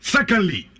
Secondly